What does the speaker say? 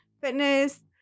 fitness